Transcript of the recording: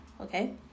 Okay